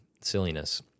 silliness